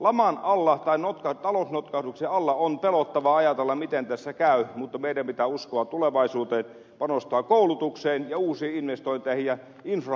laman alla tai talousnotkahduksen alla on pelottavaa ajatella miten tässä käy mutta meidän pitää uskoa tulevaisuuteen panostaa koulutukseen ja uusiin investointeihin ja infrahankkeisiin